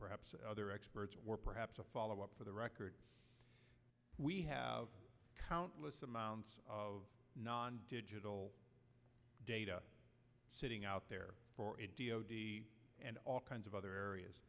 perhaps other experts were perhaps a follow up for the record we have countless amounts of non digital data sitting out there and all kinds of other areas